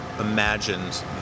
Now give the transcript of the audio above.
imagined